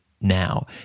now